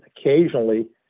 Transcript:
occasionally